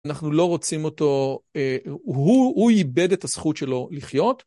אנחנו לא רוצים אותו, הוא איבד את הזכות שלו לחיות.